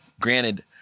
granted